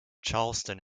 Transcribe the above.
charleston